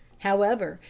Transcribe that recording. however,